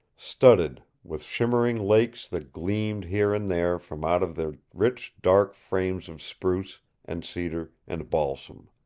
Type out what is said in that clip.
studded with shimmering lakes that gleamed here and there from out of their rich dark frames of spruce and cedar and balsam.